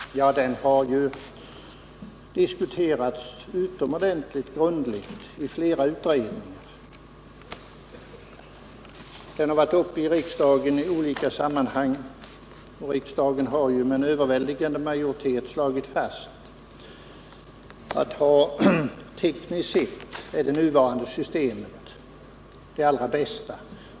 Den har ju diskuterats utomordentligt grundligt i flera utredningar. Den har varit uppe i riksdagen i olika sammanhang, och riksdagen har med överväldigande majoritet slagit fast att tekniskt sett är det nuvarande systemet det allra bästa.